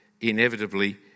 inevitably